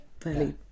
fairly